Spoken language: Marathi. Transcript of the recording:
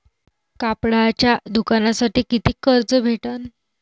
कापडाच्या दुकानासाठी कितीक कर्ज भेटन?